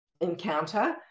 encounter